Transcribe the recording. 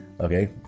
Okay